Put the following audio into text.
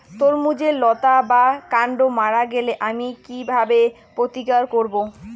তরমুজের লতা বা কান্ড মারা গেলে আমি কীভাবে প্রতিকার করব?